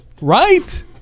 right